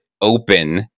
open